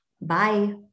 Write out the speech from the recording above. Bye